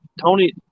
Tony